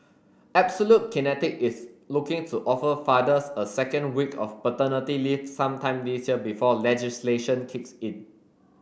absolute kinetic is looking to offer fathers a second week of paternity leave sometime this year before legislation kicks in